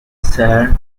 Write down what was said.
cern